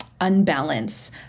unbalance